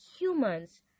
humans